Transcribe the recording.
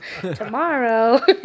Tomorrow